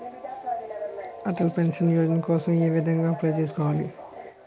Atal pension Yojana కోసం ఏ విధంగా అప్లయ్ చేసుకోవాలి?